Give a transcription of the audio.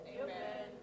Amen